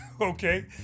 okay